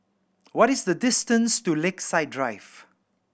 what is the distance to Lakeside Drive